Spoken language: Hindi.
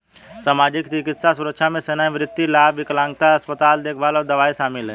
सामाजिक, चिकित्सा सुरक्षा में सेवानिवृत्ति लाभ, विकलांगता, अस्पताल देखभाल और दवाएं शामिल हैं